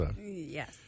yes